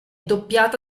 doppiata